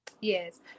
Yes